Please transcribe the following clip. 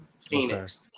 Phoenix